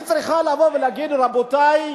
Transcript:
היא צריכה לבוא ולהגיד: רבותי,